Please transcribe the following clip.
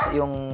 yung